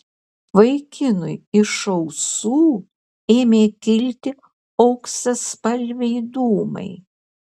vaikinui iš ausų ėmė kilti auksaspalviai dūmai